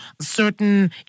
certain